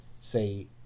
Say